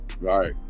right